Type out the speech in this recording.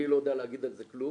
אני לא יודע להגיד על זה כלום.